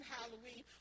Halloween